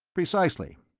precisely.